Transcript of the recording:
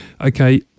okay